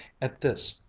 at this,